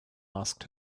asked